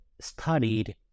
studied